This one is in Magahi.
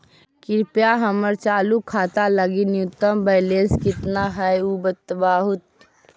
कृपया हमर चालू खाता लगी न्यूनतम बैलेंस कितना हई ऊ बतावहुं